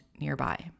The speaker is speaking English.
nearby